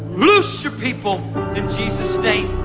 loose your people and jesus' name.